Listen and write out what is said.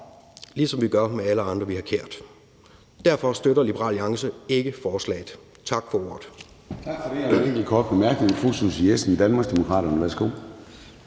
ligesom vi gør med alle andre, vi har kær. Derfor støtter Liberal Alliance ikke forslaget. Tak for ordet.